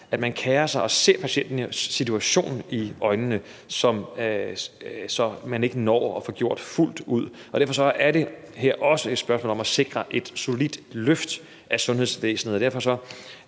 at man kerer sig og forstår patientens situationen til fulde, er noget, man ikke når at få gjort fuldt ud. Derfor er det her også et spørgsmål om at sikre et solidt løft af sundhedsvæsenet,